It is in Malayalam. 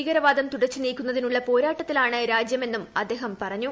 ഭീകരവാദം തുടച്ചു നീക്കുന്നതിലുള്ള പോരാട്ടത്തിലാണ് രാഷ്ട്രമെന്നും അദ്ദേഹം പറഞ്ഞു